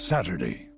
Saturday